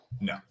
No